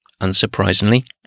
unsurprisingly